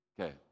Okay